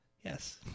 Yes